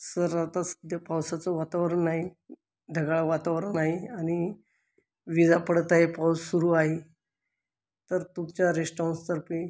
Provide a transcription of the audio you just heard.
sir आता सध्या पावसाचं वातावरण आहे ढगाळ वातावरण आहे आणि विजा पडत आहे पाऊस सुरू आहे तर तुमच्या रेस्टॉं तर्फे